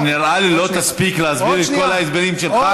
נראה לי שלא תספיק להסביר את כל ההסברים שלך,